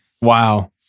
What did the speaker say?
Wow